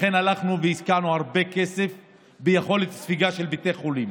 לכן הלכנו והשקענו הרבה כסף ביכולת הספיגה של בתי החולים